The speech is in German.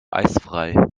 eisfrei